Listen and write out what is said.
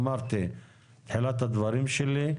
אמרתי בתחילת הדברים שלי,